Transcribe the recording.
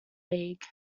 league